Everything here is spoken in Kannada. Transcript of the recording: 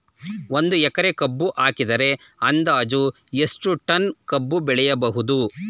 ಒಂದು ಎಕರೆ ಕಬ್ಬು ಹಾಕಿದರೆ ಅಂದಾಜು ಎಷ್ಟು ಟನ್ ಕಬ್ಬು ಬೆಳೆಯಬಹುದು?